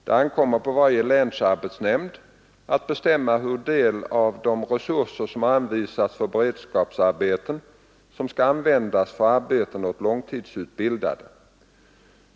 Det ankommer på varje länsarbetsnämnd att bestämma hur stor del av de resurser, som har anvisats för beredskapsarbeten, som skall användas för arbeten åt långtidsutbildade.